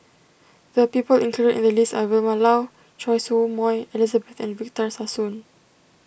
the people included in the list are Vilma Laus Choy Su Moi Elizabeth and Victor Sassoon